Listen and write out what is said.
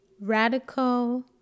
radical